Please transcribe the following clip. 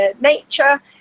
nature